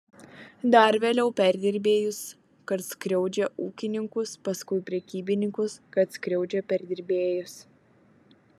dar vėliau perdirbėjus kad skriaudžia ūkininkus paskui prekybininkus kad skriaudžia perdirbėjus